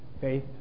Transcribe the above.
Faith